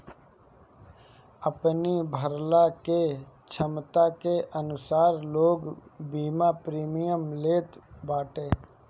अपनी भरला के छमता के अनुसार लोग बीमा प्रीमियम लेत बाटे